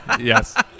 Yes